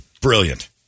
Brilliant